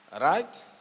Right